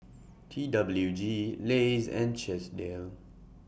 T W G Lays and Chesdale